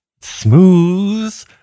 Smooth